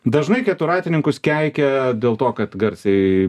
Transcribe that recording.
dažnai keturratininkus keikia dėl to kad garsiai